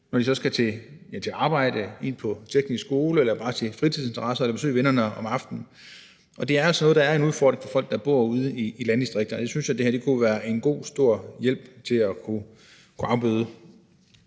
når de skal på arbejde, ind på teknisk skole, til fritidsinteresser eller bare besøge vennerne om aftenen. Det er altså noget, der er en udfordring for folk, der bor ude i landdistrikterne, og jeg synes jo, at det her kunne være en god, stor hjælp til at kunne afbøde